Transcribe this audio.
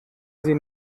sie